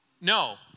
No